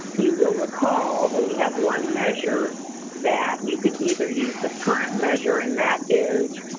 you will recall that we have one measure that you can either use the current measure, and that is.